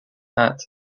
hat